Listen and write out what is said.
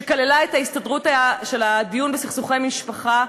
שכלל את ההסדרה של הדיון בסכסוכי משפחה,